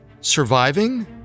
surviving